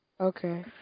Okay